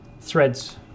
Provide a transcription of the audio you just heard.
Threads